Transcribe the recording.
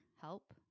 help